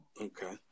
Okay